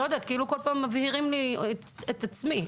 זה כאילו שבכל פעם מבהירים לי את עצמי.